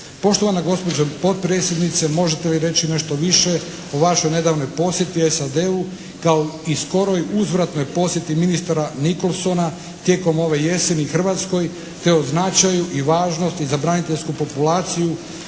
Poštovana gospođo potpredsjednice, možete li reći nešto više o vašoj nedavnoj posjeti SAD-u kao i skoroj uzvratnoj posjeti ministara Nickolsona tijekom ove jeseni Hrvatskoj te o značaju i važnosti za braniteljsku populacija